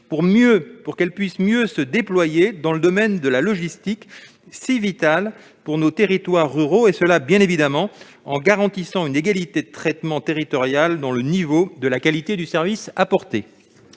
avec GeoPost, puisse mieux se déployer dans le domaine de la logistique si vital pour nos territoires ruraux ? Il faudrait que cela se fasse, bien évidemment, en garantissant une égalité de traitement territorial dans le niveau de la qualité du service apporté.